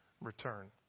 return